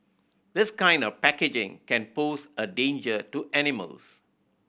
this kind of packaging can pose a danger to animals